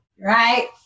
right